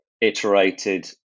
iterated